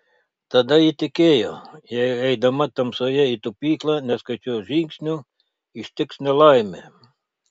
tada ji tikėjo jei eidama tamsoje į tupyklą neskaičiuos žingsnių ištiks nelaimė